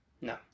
No